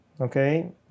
Okay